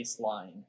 baseline